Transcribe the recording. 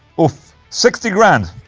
oof sixty grand.